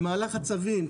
במהלך הצווים,